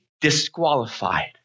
disqualified